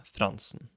Fransen